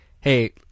Hey